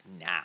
now